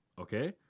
Okay